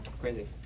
crazy